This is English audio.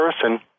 person